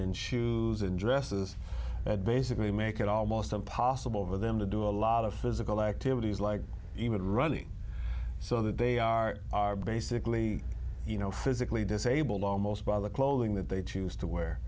in shoes and dresses and basically make it almost impossible for them to do a lot of physical activities like even running so that they are are basically you know physically disabled almost by the clothing that they choose to wear